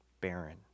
barren